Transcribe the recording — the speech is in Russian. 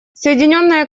соединенное